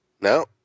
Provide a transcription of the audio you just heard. No